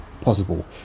possible